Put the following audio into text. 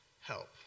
help